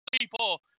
people